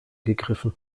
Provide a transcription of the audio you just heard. gegriffen